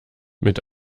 mit